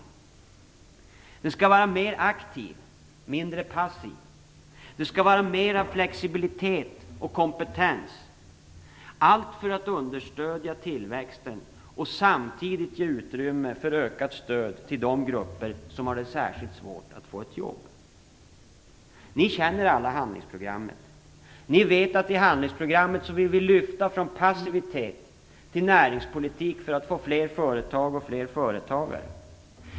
Arbetsmarknadspolitiken skall vara mera aktiv, mindre passiv. Det skall vara mera flexibilitet och kompetens, allt för att understödja tillväxten och samtidigt ge stöd till de grupper som har det särskilt svårt att få ett jobb. Ni känner alla handlingsprogrammet. Ni vet att i handlingsprogrammet vill vi lyfta från passivitet till näringspolitik för att få fler företag och fler företagare.